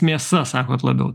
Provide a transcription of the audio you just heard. mėsa sakot labiau